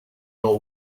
nor